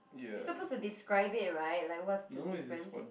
you suppose to describe it right like what's the difference